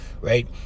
right